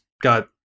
got